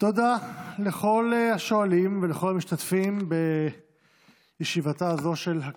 תודה לכל השואלים ולכל המשתתפים בישיבה הזאת של הכנסת.